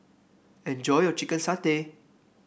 enjoy your Chicken Satay